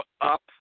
up